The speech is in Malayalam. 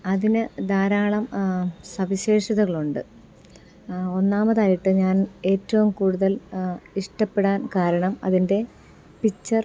അതിന് ധാരാളം സവിശേഷതകളുണ്ട് ഒന്നാമതായിട്ട് ഞാൻ ഏറ്റവും കൂടുതൽ ഇഷ്ടപ്പെടാൻ കാരണം അതിൻ്റെ പിച്ചർ